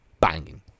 Banging